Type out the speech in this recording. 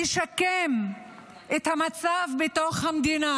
לשקם את המצב בתוך המדינה.